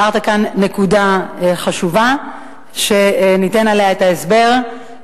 הערת כאן נקודה חשובה וניתן את ההסבר עליה.